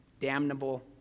damnable